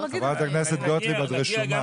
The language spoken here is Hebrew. חברת הכנסת גוטליב, את רשומה.